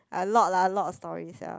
a lot lah a lot of story sia